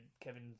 Kevin